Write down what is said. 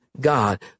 God